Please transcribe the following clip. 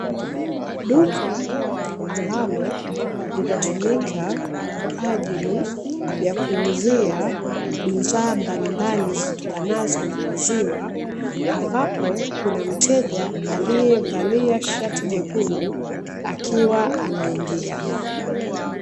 Duka ambalo linatumika kwa ajili kuuzia bidhaa mbalimbal zitokanazo na maziwa. Ambapo, kuna mteja aliyevalia shati jekundu akiwa anaingia.